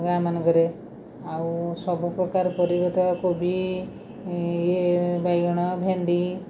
ଗାଁ ମାନଙ୍କରେ ଆଉ ସବୁ ପ୍ରକାର ପରିବା ତ କୋବି ଇଏ ବାଇଗଣ ଭେଣ୍ଡି